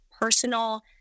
personal